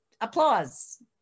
applause